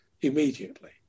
immediately